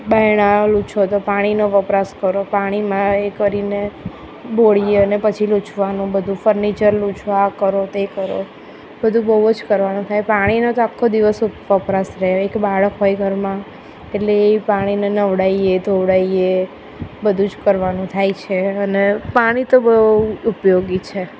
બારણાં લૂછો તો પાણીનો વપરાશ કરો પાણીમાં એ કરીને બોળી અને પછી લૂછવાનું બધુ ફર્નિચર લૂછવા આ કરો તે કરો બધું બહુ કરવાનું થાય પાણીનો આખો દિવસ વપરાશ રહે એક બાળક હોય ઘરમાં એટલે એ પાણી નવડાવીએ ધોવડાવીએ બધું જ કરવાનું થાય છે અને પાણી તો બહુ ઉપયોગી છે